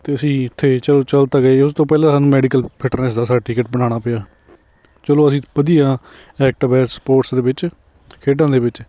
ਅਤੇ ਅਸੀਂ ਇੱਥੇ ਚਲ ਚਲ ਤਾਂ ਗਏ ਉਸ ਤੋਂ ਪਹਿਲਾਂ ਸਾਨੂੰ ਮੈਡੀਕਲ ਫਿਟਨੈਸ ਦਾ ਸਰਟੀਫਿਕੇਟ ਬਣਾਉਣਾ ਪਿਆ ਚਲੋ ਅਸੀਂ ਵਧੀਆ ਐਕਟਿਵ ਰਹੇ ਸਪੋਰਟਸ ਦੇ ਵਿੱਚ ਖੇਡਾਂ ਦੇ ਵਿੱਚ